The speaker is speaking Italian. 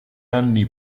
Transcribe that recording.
anni